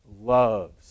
loves